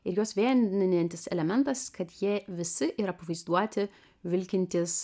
ir juos vienijantis elementas kad jie visi yra pavaizduoti vilkintys